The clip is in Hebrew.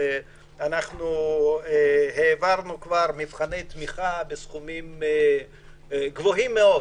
אנחנו העברנו כבר מבחני תמיכה בסכומים גבוהים מאוד,